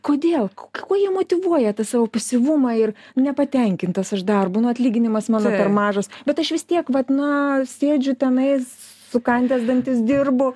kodėl kuo jie motyvuoja tą savo pasyvumą ir nepatenkintas aš darbu nu atlyginimas mano per mažas bet aš vis tiek vat na sėdžiu tenais sukandęs dantis dirbu